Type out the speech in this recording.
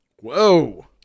Whoa